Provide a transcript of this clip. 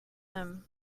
them